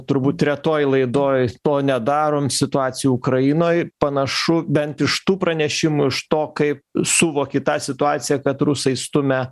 turbūt retoj laidoj to nedarom situacija ukrainoj panašu bent iš tų pranešimų iš to kai suvoki tą situaciją kad rusai stumia